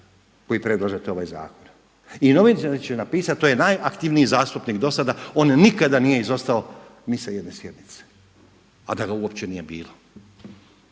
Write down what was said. koji predlažete ovaj zakon. I novine će napisati to je najaktivniji zastupnik do sada, on nikada nije izostao ni sa jedne sjednice, a da ga uopće nije ni bilo.